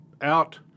out